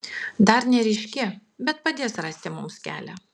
dar neryški bet padės rasti mums kelią